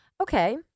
okay